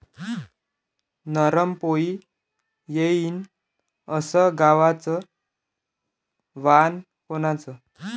नरम पोळी येईन अस गवाचं वान कोनचं?